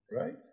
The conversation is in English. right